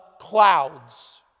clouds